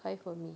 high for me